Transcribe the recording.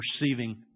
receiving